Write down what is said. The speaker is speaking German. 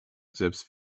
selbst